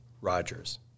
Rogers